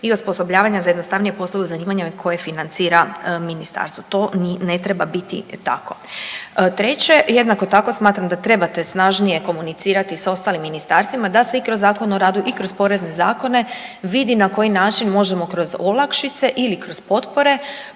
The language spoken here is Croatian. i osposobljavanja za jednostavnije poslove u zanimanjima koje financira ministarstvo. To ni ne treba biti tako. Treće, jednako tako smatram da trebate snažnije komunicirati i sa ostalim ministarstvima da se i kroz Zakon o radu i kroz porezne zakone vidi na koji način možemo kroz olakšice ili kroz potpore